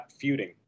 feuding